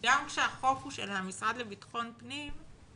גם כשהחוק הוא של המשרד לביטחון פנים,